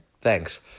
Thanks